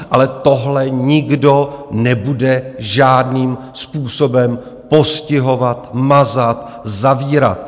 Ale tohle nikdo nebude žádným způsobem postihovat, mazat, zavírat.